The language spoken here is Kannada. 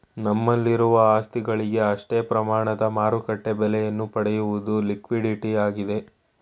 ನಮ್ಮಲ್ಲಿರುವ ಆಸ್ತಿಗಳಿಗೆ ಅಷ್ಟೇ ಪ್ರಮಾಣದ ಮಾರುಕಟ್ಟೆ ಬೆಲೆಯನ್ನು ಪಡೆಯುವುದು ಲಿಕ್ವಿಡಿಟಿಯಾಗಿದೆ